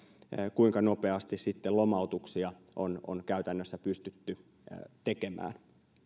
kuinka nopeasti sitten lomautuksia on on käytännössä pystytty tekemään